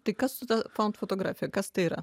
tai kas su ta faund fotografija kas tai yra